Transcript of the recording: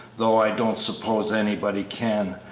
though i don't suppose anybody can,